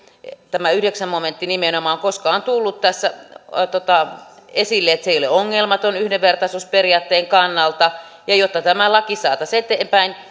tämä yhdeksäs momentti nimenomaan koska on tullut tässä esille että se ei ole ongelmaton yhdenvertaisuusperiaatteen kannalta ja jotta tämä laki saataisiin eteenpäin